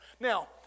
Now